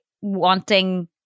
wanting